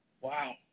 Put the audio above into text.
Wow